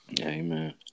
Amen